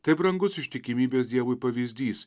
tai brangus ištikimybės dievui pavyzdys